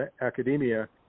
academia